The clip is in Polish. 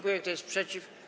Kto jest przeciw?